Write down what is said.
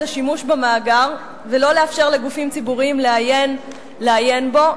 השימוש במאגר ולא לאפשר לגופים ציבוריים לעיין בו.